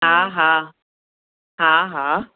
हा हा हा हा